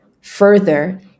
further